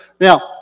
Now